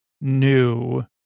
new